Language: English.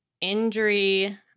injury